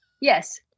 Yes